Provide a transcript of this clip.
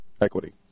equity